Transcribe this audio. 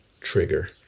trigger